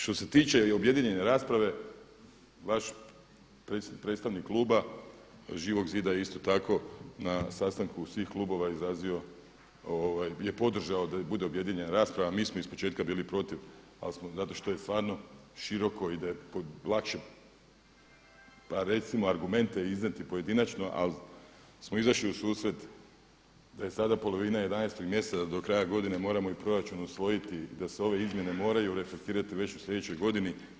Što se tiče i objedinjene rasprave vaš predstavnik Kluba Živog zida isto tako na sastanku svih klubova izrazio, je podržao da bude objedinjena rasprava, a mi smo ispočetka bili protiv, ali smo zato što je stvarno široko i da je lakše pa recimo argumente iznijeti pojedinačno ali smo izašli u susret da je sada polovina jedanaestoga mjeseca, da do kraja godine moramo i Proračun usvojiti, da se ove izmjene moraju reflektirati već u slijedećoj godini.